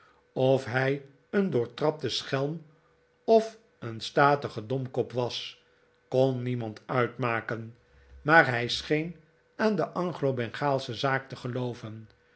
of hij een doortrapte schelm of een statige domkop was kon niemand uitmaken maar hij scheen aan de anglo bengaalsche zaak te gelooven